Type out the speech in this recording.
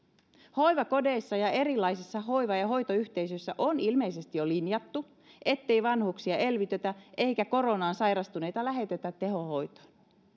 hoivakodeissa ja erilaisissa hoiva ja hoitoyhteisöissä on ilmeisesti jo linjattu ettei vanhuksia elvytetä eikä koronaan sairastuneita lähetetä tehohoitoon